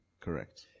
Correct